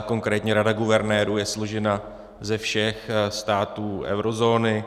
Konkrétní Rada guvernérů je složena ze všech států eurozóny.